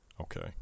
Okay